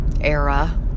era